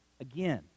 again